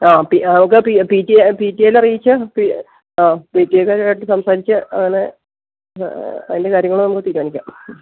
ആ നമുക്ക് P T A P T എയിലറിയിക്കാം ആ പി ടി എക്കാരുമായിട്ട് സംസാരിച്ച് അങ്ങനെ അതിൻ്റെ കാര്യങ്ങള്ള് നമുക്ക് തീരുമാനിക്കാം